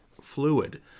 fluid